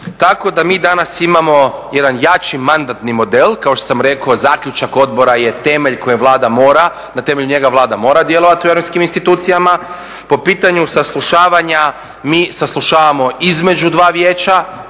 tako da mi danas imamo jedan jači mandatni model. Kao što sam rekao, zaključak odbora je temelj koji Vlada mora, na temelju njega Vlada mora djelovati u europskim institucijama, po pitanju saslušavanja mi saslušavamo između dva vijeća,